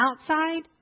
outside